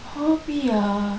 hobby ah